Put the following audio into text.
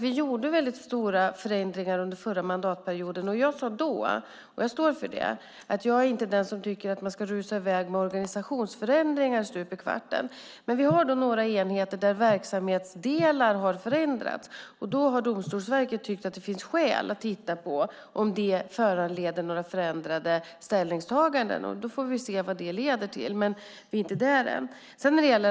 Vi gjorde väldigt stora förändringar under den förra mandatperioden. Jag sade då, och jag står för det, att jag inte är den som tycker att man ska rusa i väg med organisationsförändringar stup i kvarten, men vi har några enheter där verksamhetsdelar har förändrats. Domstolsverket har då tyckt att det finns skäl att titta på om det föranleder några förändrade ställningstaganden, och vi får väl se vad det leder till. Vi är inte där än.